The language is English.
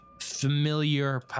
familiar